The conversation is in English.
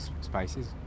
spices